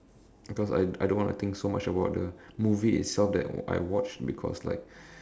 because I I don't want to think so much about the movie itself that I watched because like